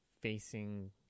facing